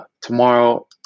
Tomorrow